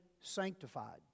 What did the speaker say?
sanctified